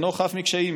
אינו חף מקשיים.